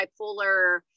bipolar